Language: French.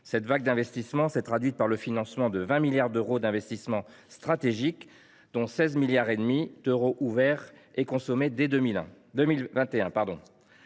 le PIA 4. Elle s’est traduite par le financement de 20 milliards d’euros d’investissements stratégiques, dont 16,5 milliards d’euros ouverts et consommés dès 2021.